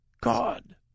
God